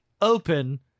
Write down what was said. open